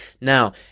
Now